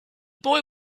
boy